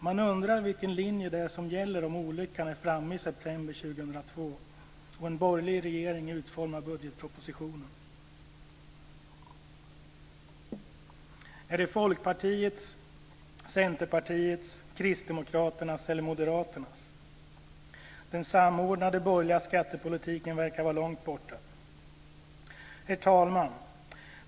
Man undrar vilken linje det är som gäller om olyckan är framme i september 2002 och en borgerlig regering utformar budgetpropositionen. Är det Folkpartiets, Centerpartiets, Kristdemokraternas eller Moderaternas linje som gäller? Den samordnade borgerliga skattepolitiken verkar vara långt borta. Herr talman!